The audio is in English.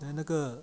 then 那个